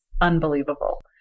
unbelievable